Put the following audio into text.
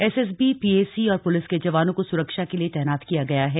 SSB PAC और police के जवानों को सुरक्षा के लिए तैनात किया गया है